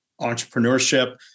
entrepreneurship